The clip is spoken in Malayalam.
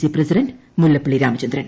C president Mullappally Ramachandran